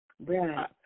Right